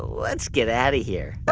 let's get out of here